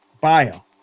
bio